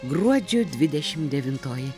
gruodžio dvidešimt devintoji